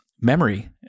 memory